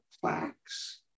plaques